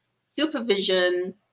supervision